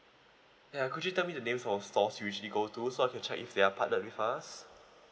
ya could you tell me the names of stores usually go to so I can check if they are partnered with us